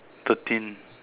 thirteen